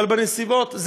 אבל בנסיבות,